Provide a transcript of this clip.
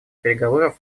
переговоров